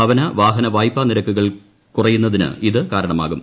ഭവന വാഹന വായ്പാ നിരക്കുകൾ കുറയുന്നതിന് ഇത് കാരണമാകും